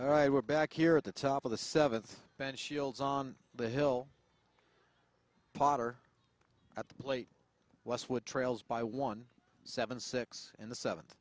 all right we're back here at the top of the seventh and shields on the hill potter at the plate westwood trails by one seven six and the seventh